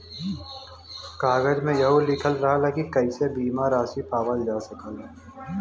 कागज में यहू लिखल रहला की कइसे बीमा रासी पावल जा सकला